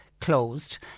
closed